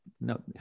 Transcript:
no